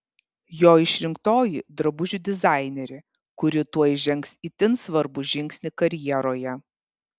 jo išrinktoji drabužių dizainerė kuri tuoj žengs itin svarbų žingsnį karjeroje